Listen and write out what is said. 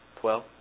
Twelve